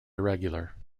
irregular